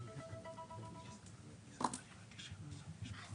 מקבלים סיוע בשכר